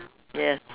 yes